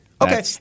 Okay